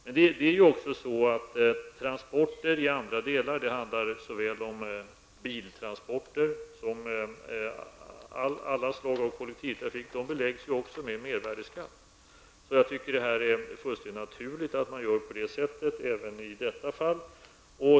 Men det är också så att transporter -- det handlar om såväl biltransporter som alla slag av kollektivtrafik -- beläggs med mervärdeskatt. Jag tycker att det är fullkomligt naturligt att man gör på det sättet även i detta fall.